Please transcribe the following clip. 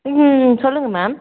ம் சொல்லுங்க மேம்